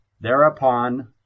Thereupon